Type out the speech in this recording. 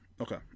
Okay